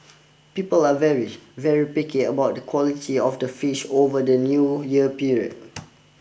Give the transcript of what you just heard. people are very very picky about the quality of the fish over the New Year period